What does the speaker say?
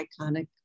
iconic